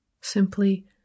Simply